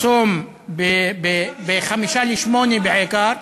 הצום, ב19:55,